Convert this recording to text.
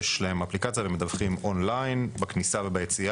יש להם אפליקציה והם מדווחים און ליין ביציאה ובכניסה.